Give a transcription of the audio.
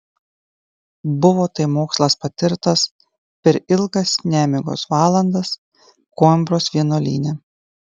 buvo tai mokslas patirtas per ilgas nemigos valandas koimbros vienuolyne